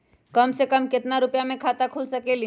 कम से कम केतना रुपया में खाता खुल सकेली?